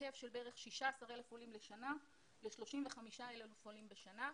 מהיקף של בערך 16,000 עולים לשנה ל-35,000 עולים בשנה.